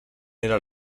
era